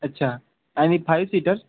अच्छा आणि five seater